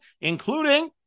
including